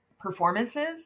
Performances